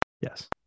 Yes